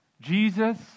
Jesus